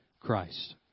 Christ